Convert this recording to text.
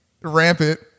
rampant